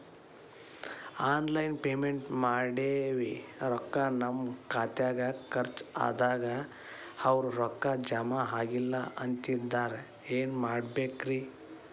Online payment ಮಾಡೇವಿ ರೊಕ್ಕಾ ನಮ್ ಖಾತ್ಯಾಗ ಖರ್ಚ್ ಆಗ್ಯಾದ ಅವ್ರ್ ರೊಕ್ಕ ಜಮಾ ಆಗಿಲ್ಲ ಅಂತಿದ್ದಾರ ಏನ್ ಮಾಡ್ಬೇಕ್ರಿ ಸರ್?